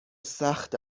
سخت